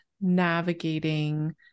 navigating